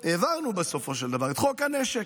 העברנו בסופו של דבר את חוק הנשק,